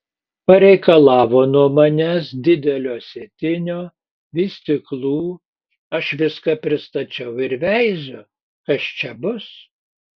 pareikalavo nuo manęs didelio sėtinio vystyklų aš viską pristačiau ir veiziu kas čia bus